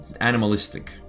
animalistic